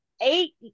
eight